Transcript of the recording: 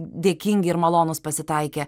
dėkingi ir malonūs pasitaikė